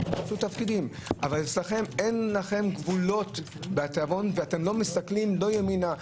אבל אצלכם אין לכם גבולות ואתם לא מסתכלים לא ימינה,